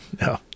No